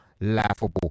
laughable